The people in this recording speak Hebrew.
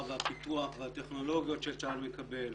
והפיתוח של הטכנולוגיות שצה"ל מקבל.